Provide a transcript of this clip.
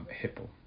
Hippo